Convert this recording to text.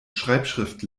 schreibschrift